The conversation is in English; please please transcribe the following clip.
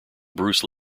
bruce